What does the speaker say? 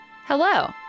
Hello